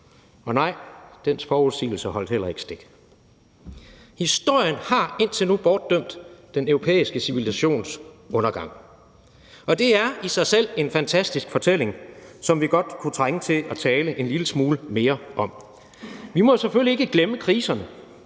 Og nej, dens forudsigelser holdt heller ikke stik. Historien har indtil nu bortdømt den europæiske civilisations undergang. Det er i sig selv en fantastisk fortælling, som vi godt kunne trænge til at tale en lille smule mere om. Vi må selvfølgelig ikke glemme kriserne,